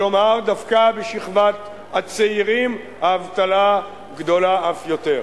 כלומר, דווקא בשכבת הצעירים האבטלה גדולה אף יותר.